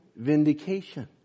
vindication